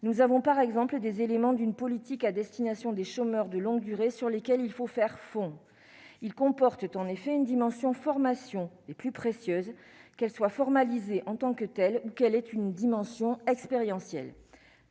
nous avons par exemple des éléments d'une politique à destination des chômeurs de longue durée sur lesquelles il faut faire fond il comporte en effet une dimension formation les plus précieuses, qu'elle soit formalisé en tant que telle qu'elle est une dimension expérience